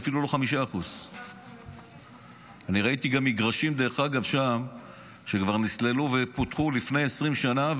אפילו לא 5%. ראיתי שם גם מגרשים שכבר נסללו ופותחו לפני 20 שנה,